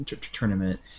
tournament